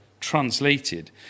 translated